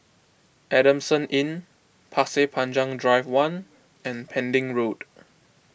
Adamson Inn Pasir Panjang Drive one and Pending Road